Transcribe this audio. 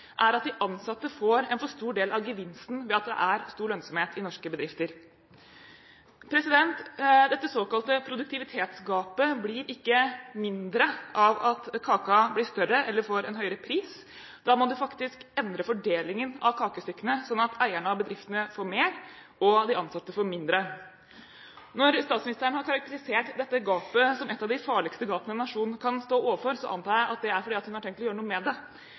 er at de ansatte får en for stor del av gevinsten ved at det er stor lønnsomhet i norske bedrifter. Dette såkalte produktivitetsgapet blir ikke mindre av at kaka blir større eller får en høyere pris. Da må man faktisk endre fordelingen av kakestykkene, sånn at eierne av bedriftene får mer og de ansatte får mindre. Når statsministeren har karakterisert dette gapet som et av de farligste gapene en nasjon kan stå overfor, antar jeg at det er fordi hun har tenkt å gjøre noe med det.